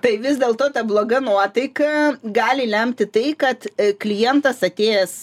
tai vis dėlto ta bloga nuotaika gali lemti tai kad klientas atėjęs